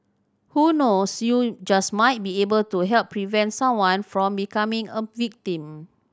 who knows you just might be able to help prevent someone from becoming a victim